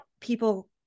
people